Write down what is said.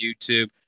YouTube